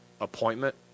appointment